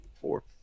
four